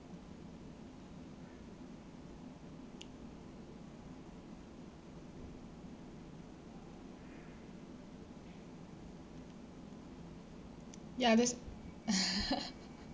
ya that's